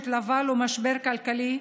שהתלווה לו משבר כלכלי,